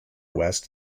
west